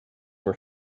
were